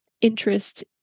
interest